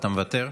אתה מוותר?